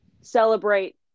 celebrate